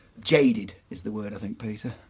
jaded, is the word, i think, peter.